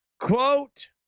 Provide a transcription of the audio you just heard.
Quote